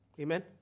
Amen